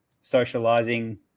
socializing